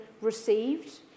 received